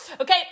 Okay